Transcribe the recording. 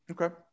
Okay